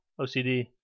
OCD